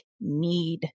need